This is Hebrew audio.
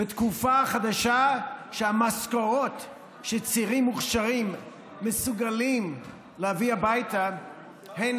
בתקופה חדשה שהמשכורות שצעירים מוכשרים מסוגלים להביא הביתה הן